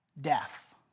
death